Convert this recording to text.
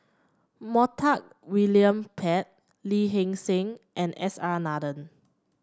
Montague William Pett Lee Hee Seng and S R Nathan